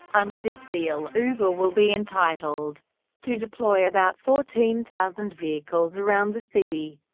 under this deal, uber will be entitled to deploy about fourteen thousand vehicles around the city.